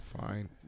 Fine